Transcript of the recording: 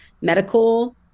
medical